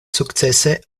sukcese